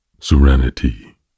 serenity